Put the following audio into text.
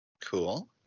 Cool